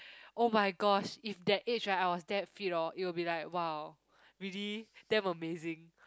oh-my-gosh if that age right I was that fit hor it will be like !wow! really damn amazing